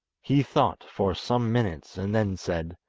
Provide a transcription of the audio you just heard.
he thought for some minutes, and then said